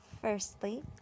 Firstly